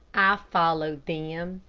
i followed them.